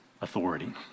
authority